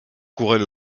couraient